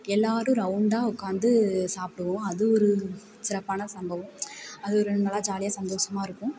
எல்லாேரும் ரவுண்டாக உட்காந்து சாப்பிடுவோம் அது ஒரு சிறப்பான சம்பவம் அது ரெண்டு நாளாக ஜாலியாக சந்தோஷமா இருக்கும்